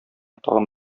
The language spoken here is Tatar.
тагын